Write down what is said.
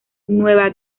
nueva